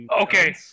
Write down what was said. okay